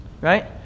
right